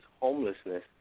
homelessness